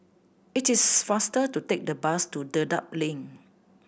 it is faster to take the bus to Dedap Link